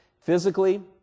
Physically